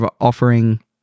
offering